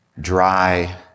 dry